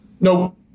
No